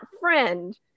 friend